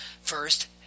First